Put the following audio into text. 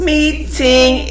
Meeting